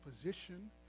position